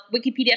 wikipedia